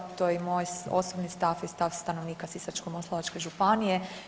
To je i moj osobni stav i stav stanovnika Sisačko-moslavačke županije.